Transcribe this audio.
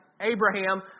Abraham